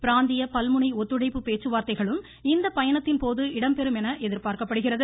பிராந்திய பல்முனை ஒத்துழைப்பு பேச்சுவார்த்தைகளும் இந்த பயணத்தின்போது இடம்பெறும் என எதிர்பார்க்கப்படுகிறது